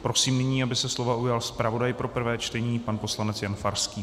Prosím nyní, aby se slova ujal zpravodaj pro prvé čtení pan poslanec Jan Farský.